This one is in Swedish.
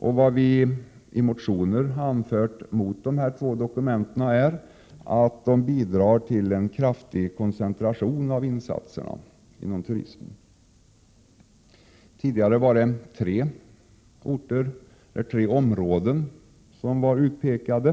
Det vi i motioner anfört mot de här två dokumenten är att de bidrar till en kraftig koncentration av insatserna inom turismen. Tidigare var det tre geografiska områden som var utpekade.